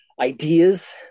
ideas